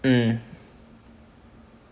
mm